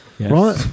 right